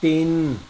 तिन